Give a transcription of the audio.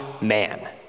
man